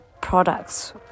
products